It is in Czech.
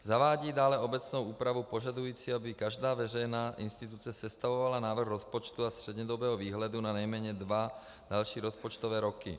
Zavádí dále obecnou úpravu požadující, aby každá veřejná instituce sestavovala návrh rozpočtu a střednědobého výhledu na nejméně dva další rozpočtové roky.